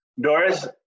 Doris